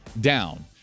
down